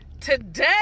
Today